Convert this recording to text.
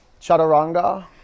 Chaturanga